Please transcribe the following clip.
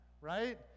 right